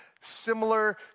similar